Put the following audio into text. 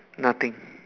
nothing